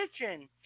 kitchen